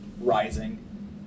rising